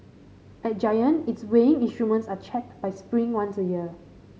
at Giant its weighing instruments are checked by Spring once a year